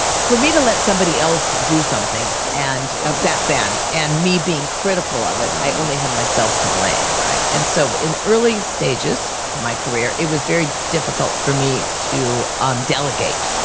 for me to let somebody else do something and ah back then and me being critical of it, i only had myself to blame, right? and so, in early stages of my career, it was very difficult for me to um delegate.